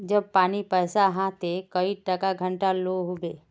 जब पानी पैसा हाँ ते कई टका घंटा लो होबे?